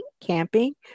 camping